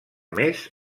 més